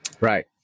right